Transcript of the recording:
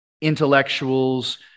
intellectuals